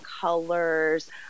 colors